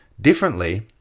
differently